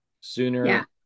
sooner